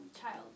child